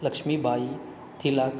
Lakshmibai Tilak